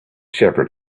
shepherd